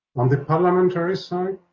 on the parliamentary side,